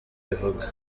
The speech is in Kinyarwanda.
bivuga